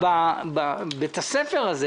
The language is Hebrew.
בבית הספר הזה